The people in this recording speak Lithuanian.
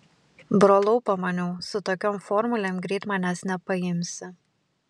brolau pamaniau su tokiom formulėm greit manęs nepaimsi